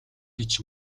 гэж